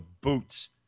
boots